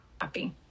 happy